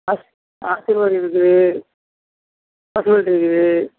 as Aashirvaad இருக்குது பாஸ்மதி இருக்குது